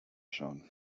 schauen